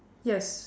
yes